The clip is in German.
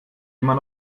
immer